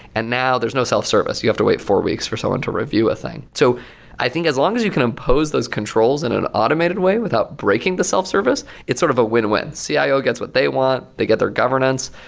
and now, there's no self service. you have to wait four weeks for someone to review a thing. so i think as long as you can impose those controls in an automated way without breaking the self-service, it's sort of a win-win. cio ah gets what they want. they get their governance.